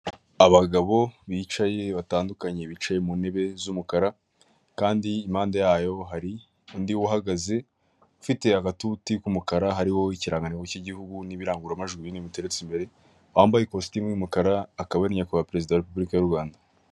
Abagabo bicaye batandukanye bicaye mu ntebe z'umukara, kandi impande yayo hari undi uhagaze, ufite agatutu k'umukara hariho ikirangantego cy'igihugu n'ibirangururamajwi binini bimuteretsi imbere, wambaye ikositimu y'umukara, akaba ari nyakubawa perezida wa repubulika y'u Rwanda.